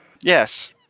Yes